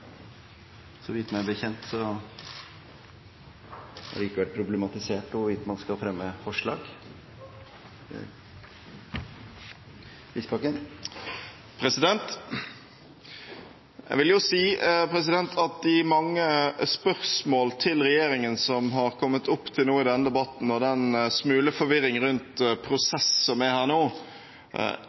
Meg bekjent har det ikke vært problematisert hvorvidt man skal fremme forslag. Jeg vil si at de mange spørsmålene til regjeringen som har kommet opp til nå i denne debatten, og den lille forvirringen som er rundt prosessen her nå,